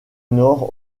nord